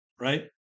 right